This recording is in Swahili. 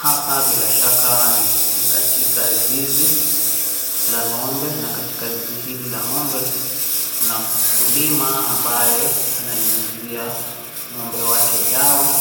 Hapa bila shaka ni katika zizi la ngombe na katika zizi hili la ngombe kuna mkulima ambaye ananyunyuzia ngombe wake dawa